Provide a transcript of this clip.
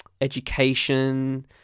education